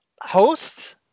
host